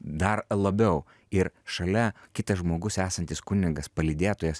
dar labiau ir šalia kitas žmogus esantis kunigas palydėtojas